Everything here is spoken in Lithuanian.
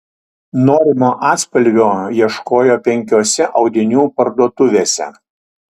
norimo atspalvio ieškojo penkiose audinių parduotuvėse